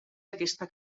aquesta